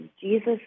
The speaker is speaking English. Jesus